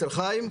אצל חיים,